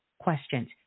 questions